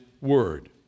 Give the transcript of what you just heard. word